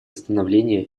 становления